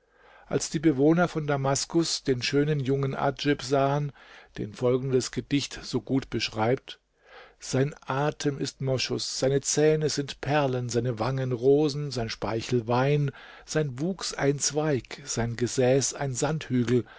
als die bewohner von damaskus den schönen jungen adjib sahen den folgendes gedicht so gut beschreibt sein atem ist moschus seine zähne sind perlen seine wangen rosen sein speichel wein sein wuchs ein zweig sein gesäß ein sandhügel